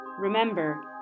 Remember